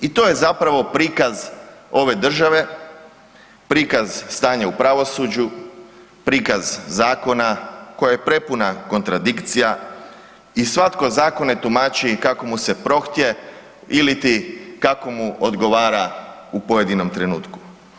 I to je zapravo prikaz ove države, prikaz stanja u pravosuđu, prikaz zakona koja je prepuna kontradikcija i svatko zakone tumači kako mu se prohtije ili ti kako mu odgovara u pojedinom trenutku.